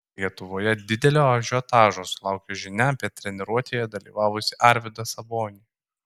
lietuvoje didelio ažiotažo sulaukė žinia apie treniruotėje dalyvavusį arvydą sabonį